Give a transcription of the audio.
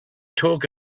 talk